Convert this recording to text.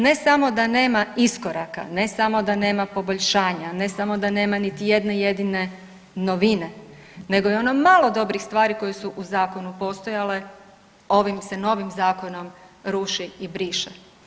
Ne samo da nema iskoraka, ne samo da nema poboljšanja, ne samo da nema niti jedne jedine novine, nego je ono malo dobrih stvari koje su u zakonu postojale ovim se novim zakonom ruše i briše.